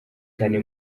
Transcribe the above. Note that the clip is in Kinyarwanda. cyane